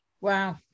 Wow